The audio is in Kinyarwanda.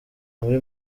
muri